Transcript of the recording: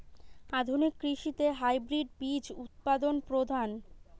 আধুনিক কৃষিতে হাইব্রিড বীজ উৎপাদন প্রধান